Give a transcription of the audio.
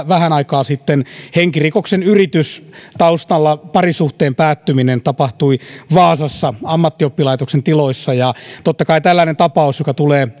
vähän aikaa sitten henkirikoksen yritys taustalla parisuhteen päättyminen tapahtui vaasassa ammattioppilaitoksen tiloissa totta kai tällainen tapaus joka tulee